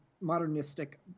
modernistic